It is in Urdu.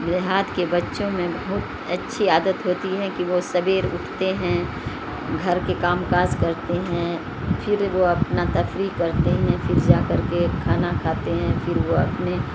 دیہات کے بچوں میں بہت اچھی عادت ہوتی ہے کہ وہ سویرے اٹھتے ہیں گھر کے کام کاج کرتے ہیں پھر وہ اپنا تفریح کرتے ہیں پھر جا کر کے کھانا کھاتے ہیں پھر وہ اپنے